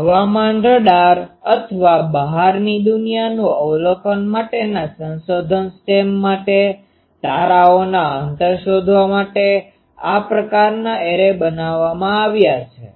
હવામાન રડાર અથવા બહારની દુનિયાનું અવલોકન માટેના સંશોધન સ્ટેમ માટે તારાઓના અંતર શોધવા માટે આ પ્રકારનાં એરે બનાવવામાં આવે છે